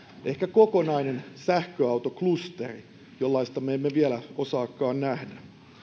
ehkä kokonainen sähköautoklusteri jollaista me emme vielä osaakaan nähdä